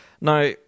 Now